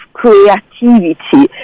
creativity